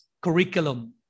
curriculum